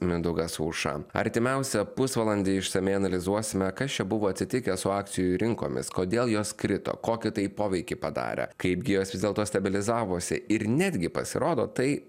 mindaugas auša artimiausią pusvalandį išsamiai analizuosime kas čia buvo atsitikę su akcijų rinkomis kodėl jos krito kokį tai poveikį padarė kaipgi jos vis dėlto stabilizavosi ir netgi pasirodo tai